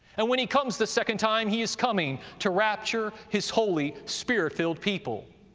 and when he comes the second time, he is coming to rapture his holy spirit-filled people.